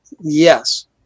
Yes